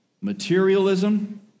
Materialism